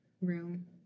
room